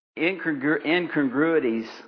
incongruities